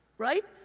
right?